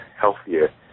healthier